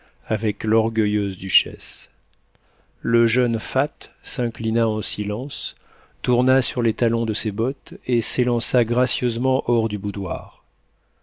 avec l'orgueilleuse duchesse le jeune fat s'inclina en silence tourna sur les talons de ses bottes et s'élança gracieusement hors du boudoir